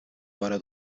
vora